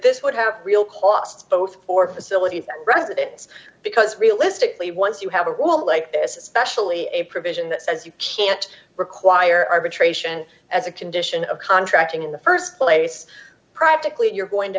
this would have real cost both for facilities that presidents because realistically once you have a rule like this especially a provision that says you can't require arbitration as a condition of contracting in the st place practically you're going to